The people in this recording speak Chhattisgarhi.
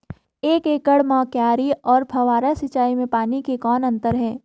एक एकड़ म क्यारी अउ फव्वारा सिंचाई मे पानी के कौन अंतर हे?